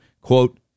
quote